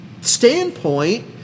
standpoint